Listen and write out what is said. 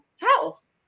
health